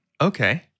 okay